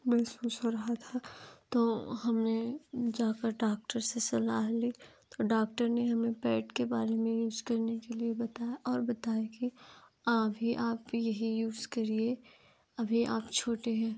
महसूस हो रहा था तो हमने जाकर डॉक्टर से सलाह ली तो डॉक्टर ने हमें पैड के बारे में यूज करने के लिए बताया और बताया कि आप ही आप भी यही यूज करिए अभी आप छोटे हैं